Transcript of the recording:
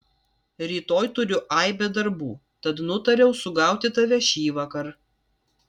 rytoj turiu aibę darbų tad nutariau sugauti tave šįvakar